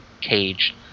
cage